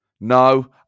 No